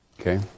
Okay